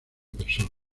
persona